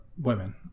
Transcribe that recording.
women